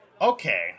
Okay